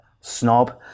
snob